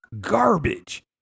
garbage